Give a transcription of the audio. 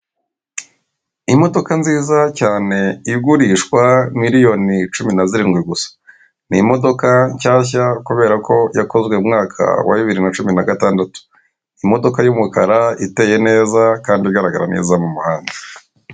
Imodoka nziza cyane igurishwa miliyoni cumi na zirindwi gusa, ni imodoka nshyashya kubera ko yakozwe mu mwaka wa bibiri na cumi na gatandatu, imodoka y'umukara iteye neza kandi igaragara neza mu muhanda.